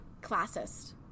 classist